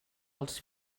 als